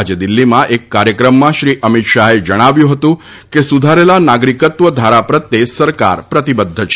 આજે દિલ્હીમાં એક કાર્યક્રમમાં શ્રી અમિત શાહે જણાવ્યું હતું કે સુધારેલા નાગરિકત્વ ધારા પ્રત્યે સરકાર પ્રતિબધ્ધ છે